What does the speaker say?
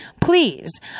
please